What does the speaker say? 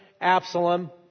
Absalom